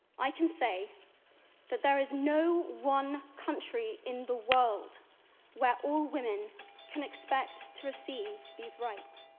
i can say that there is no one country in the world where all women can expect to receive these rights.